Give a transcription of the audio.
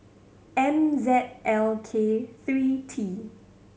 M Z L K three T